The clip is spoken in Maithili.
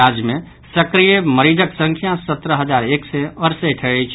राज्य मे सक्रिय मरीजक संख्या सत्रह हजार एक सय अड़सठि अछि